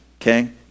okay